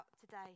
today